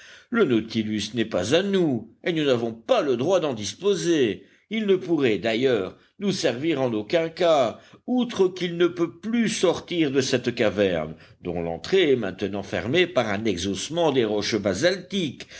le nautilus n'est pas à nous et nous n'avons pas le droit d'en disposer il ne pourrait d'ailleurs nous servir en aucun cas outre qu'il ne peut plus sortir de cette caverne dont l'entrée est maintenant fermée par un exhaussement des roches basaltiques